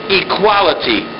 equality